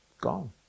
gone